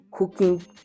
cooking